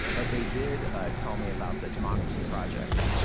but they did tell me about the democracy project,